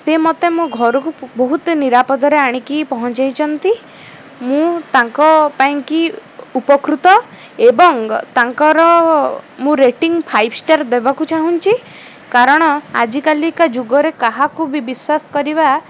ସେ ମତେ ମୋ ଘରକୁ ବହୁତ ନିରାପଦରେ ଆଣିକି ପହଞ୍ଚେଇଛନ୍ତି ମୁଁ ତାଙ୍କ ପାଇଁ କି ଉପକୃତ ଏବଂ ତାଙ୍କର ମୁଁ ରେଟିଂ ଫାଇଭ୍ ଷ୍ଟାର୍ ଦେବାକୁ ଚାହୁଁଛି କାରଣ ଆଜିକାଲି କା ଯୁଗରେ କାହାକୁ ବି ବିଶ୍ୱାସ କରିବା